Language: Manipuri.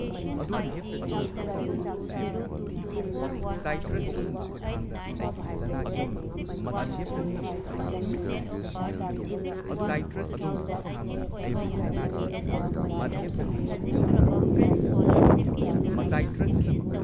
ꯃꯋꯥꯁꯤꯅ ꯆꯥꯛ ꯀꯗꯥꯏꯅꯣ ꯆꯥꯛ ꯆꯥꯔꯒꯦꯅ ꯍꯥꯏꯔꯦ ꯃꯇꯨꯁꯤꯅ ꯑꯩꯗꯤ ꯆꯥꯛ ꯊꯣꯡꯗꯦ ꯉꯁꯤꯗꯤ ꯑꯩꯗꯤ ꯏꯁꯥꯁꯤ ꯅꯨꯡꯉꯥꯏꯇꯕꯅꯤ ꯅꯪꯅ ꯄꯩꯁꯥ ꯇꯥꯜꯂꯨꯔꯒ ꯆꯦꯡ ꯆꯥꯛ ꯂꯩꯔꯛꯀꯗ꯭ꯔꯥ ꯈꯜꯂꯒ ꯅꯪꯅ ꯌꯨ ꯊꯛꯂꯒ ꯂꯥꯛꯑꯦ ꯑꯁꯤꯅꯗꯤ